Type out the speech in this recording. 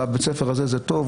לבית הספר הזה זה טוב.